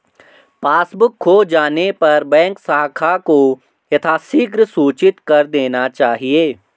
passbook खो जाने पर बैंक शाखा को यथाशीघ्र सूचित कर देना चाहिए